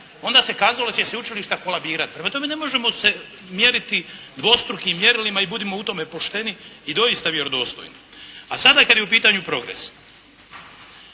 Onda se kazalo da će sveučilišta kolabirati. Prema tome, ne možemo se mjeriti dvostrukim mjerilima i budimo u tome pošteni i doista vjerodostojni. A sada kada je u pitanju PROGRESS.